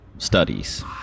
studies